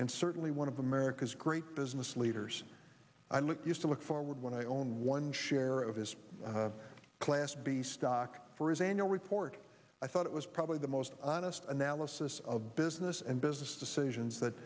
and certainly one of america's great business leaders i look used to look forward when i own one share of his class b stock for his annual report i thought it was probably the most honest analysis of business and business decisions that